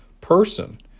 person